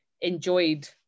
enjoyed